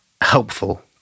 helpful